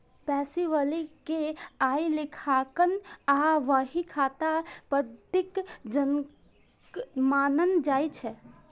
Pacioli कें आइ लेखांकन आ बही खाता पद्धतिक जनक मानल जाइ छै